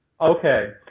Okay